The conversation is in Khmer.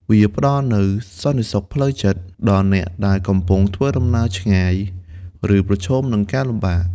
វាផ្ដល់នូវសន្តិសុខផ្លូវចិត្តដល់អ្នកដែលកំពុងធ្វើដំណើរឆ្ងាយ ឬប្រឈមនឹងការលំបាក។